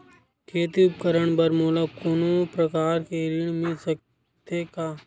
खेती उपकरण बर मोला कोनो प्रकार के ऋण मिल सकथे का?